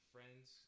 Friends